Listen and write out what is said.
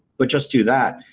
but just do that.